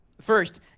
First